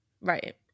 Right